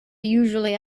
usually